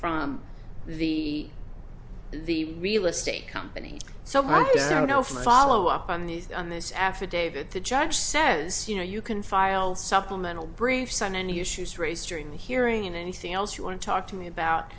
from the the real estate company so how does the no follow up on these on this affidavit the judge says you know you can file supplemental briefs on any issues raised during the hearing and anything else you want to talk to me about